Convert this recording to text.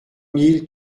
mille